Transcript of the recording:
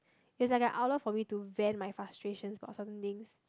it's like an outlet for me to vent my frustrations about some things